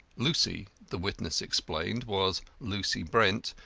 lucy, the witness explained, was lucy brent,